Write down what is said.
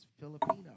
Filipino